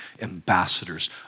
ambassadors